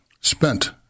spent